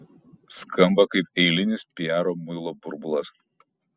skamba kaip eilinis piaro muilo burbulas